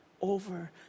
over